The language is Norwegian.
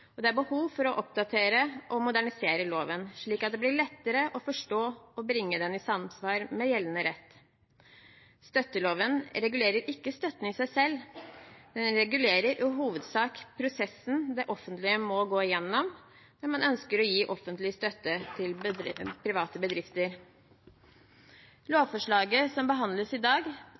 Det er behov for å oppdatere og modernisere loven, slik at det blir lettere å forstå og bringe den i samsvar med gjeldende rett. Støtteloven regulerer ikke støtten i seg selv, men den regulerer i hovedsak prosessen det offentlige må gå gjennom når man ønsker å gi offentlig støtte til private bedrifter. Lovforslaget som behandles i dag,